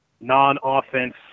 non-offense